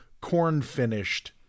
corn-finished